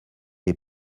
est